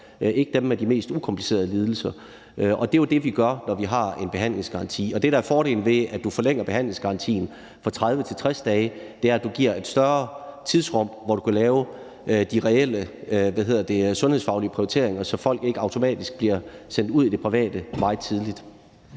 ikke dem med de mest ukomplicerede lidelser. Det er jo det, vi gør, når vi har en behandlingsgaranti, og det, der er fordelen ved, at man forlænger behandlingsgarantien fra 30 til 60 dage, er, at man sikrer, at der er et større tidsrum, hvor man kan foretage de reelle sundhedsfaglige prioriteringer, så folk ikke automatisk bliver sendt ud i det private meget tidligt.